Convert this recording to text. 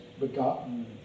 begotten